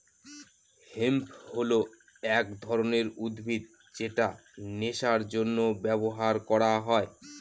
hemp হল এক ধরনের উদ্ভিদ যেটা নেশার জন্য ব্যবহার করা হয়